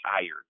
tired